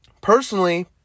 Personally